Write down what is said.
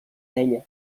ella